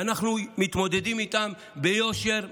ואנחנו מתמודדים איתם ביושר,